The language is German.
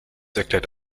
erklärt